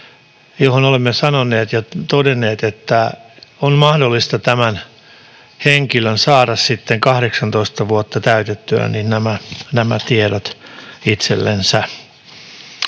olemme sanoneet ja todenneet, että tämän henkilön on mahdollista saada sitten 18 vuotta täytettyään nämä tiedot itsellensä.